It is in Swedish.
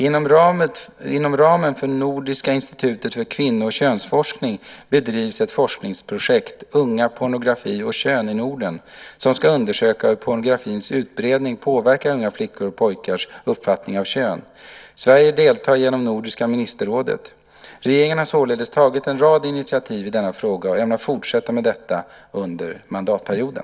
Inom ramen för Nordiska institutet för kvinno och könsforskning, NIKK, bedrivs ett forskningsprojekt - Unga, pornografi och kön i Norden - som ska undersöka hur pornografins utbredning påverkar unga flickors och pojkars uppfattning av kön. Sverige deltar genom Nordiska ministerrådet. Regeringen har således tagit en rad initiativ i denna fråga och ämnar fortsätta med detta under mandatperioden.